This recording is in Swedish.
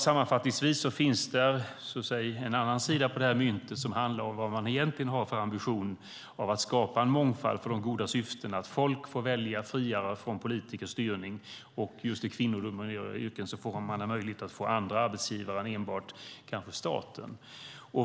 Sammanfattningsvis finns det en annan sida av det här myntet som handlar om vad man egentligen har för ambition att skapa en mångfald för det goda syftet att folk ska få välja friare från politikers styrning. Och just i kvinnodominerade yrken får man en möjlighet att få andra arbetsgivare än enbart staten.